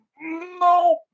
No